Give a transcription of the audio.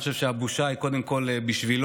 אני חושב שהבושה היא קודם כול שלו,